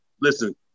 listen